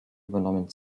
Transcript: übernommen